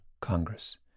Congress